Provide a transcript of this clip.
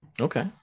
Okay